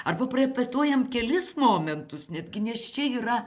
arba parepetuojam kelis momentus netgi nes čia yra